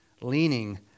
Leaning